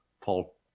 Paul